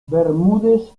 bermúdez